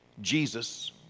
Jesus